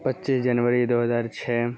پچیس جنوری دوہزار چھ